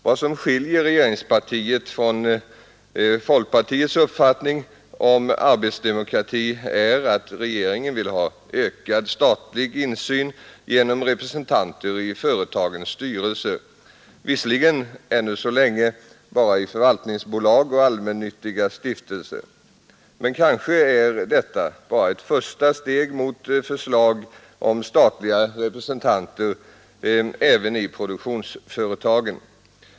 Vad som skiljer regeringspartiets uppfattning om arbetsdemokrati från folkpartiets uppfattning är att regeringen vill ha ökad statlig insyn genom representanter i företagens styrelser, visserligen än så länge bara i förvaltningsbolag och allmännyttiga stiftelser. Men kanske är detta bara ett första steg mot förslag om statliga representanter även i produktionsföretagen.